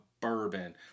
bourbon